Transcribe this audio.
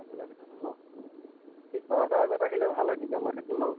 আগবেলাৰ ভিতৰতে ন ঠিক বাৰটাৰ আগত আহিলে ভাল হয় তেতিয়া মই থাকিম বাৰু